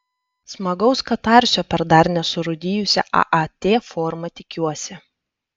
smagaus katarsio per dar nesurūdijusią aat formą tikiuosi